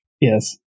Yes